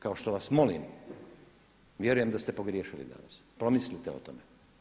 Kao što vas molim, vjerujem da ste pogriješili danas, promislite o tome.